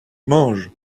mange